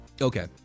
Okay